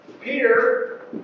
Peter